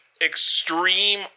extreme